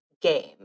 game